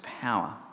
power